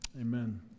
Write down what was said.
amen